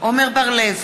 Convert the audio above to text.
עמר בר-לב,